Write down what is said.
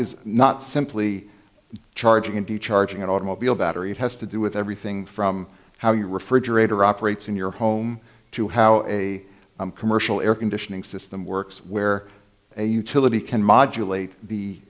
is not simply charging into charging an automobile battery it has to do with everything from how your refrigerator operates in your home to how a commercial air conditioning system works where a utility can modulator the